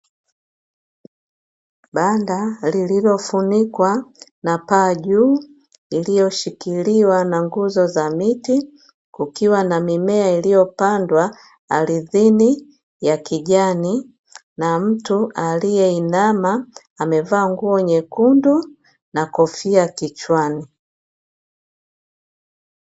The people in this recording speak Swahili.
Banda lililofunikwa na paa juu, iliyoshikiliwa na nguzo za miti, kukiwa na mimea iliyopandwa ardhini, ya kijani, na mtu aliyeinama amevaa nguo nyekundu na kofika kichwani.